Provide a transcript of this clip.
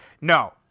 no